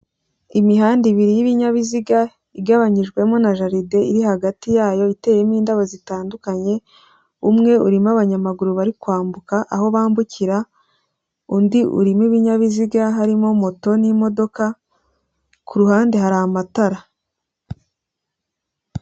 Imihanda ibiri y'ibinyabiziga, igabanyijwemo na jaride iri hagati yayo, iteramo indabo zitandukanye, umwe urimo abanyamaguru bari kwambuka, aho bambukira. Undi urimo ibinyabiziga harimo moto n'imodoka, ku ruhande hari amatara.